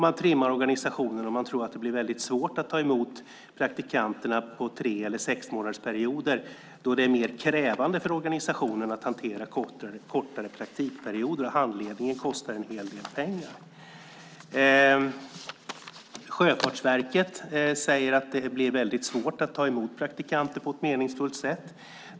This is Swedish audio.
Man trimmar organisationen, och man tror att det blir väldigt svårt att ta emot praktikanterna på tre eller sexmånadersperioder då det är mer krävande för organisationen att hantera kortare praktikperioder. Handledningen kostar en hel del pengar. Sjöfartsverket säger att det blir väldigt svårt att ta emot praktikanter på ett meningsfullt sätt.